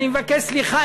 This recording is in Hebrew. אני מבקש סליחה.